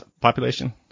population